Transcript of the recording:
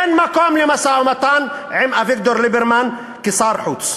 אין מקום למשא-ומתן עם אביגדור ליברמן כשר החוץ.